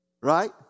Right